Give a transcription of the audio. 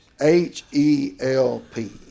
H-E-L-P